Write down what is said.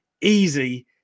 easy